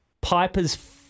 Piper's